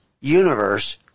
universe